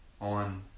on